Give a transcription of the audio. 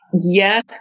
Yes